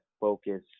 focus